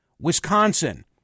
Wisconsin